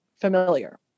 familiar